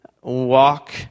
walk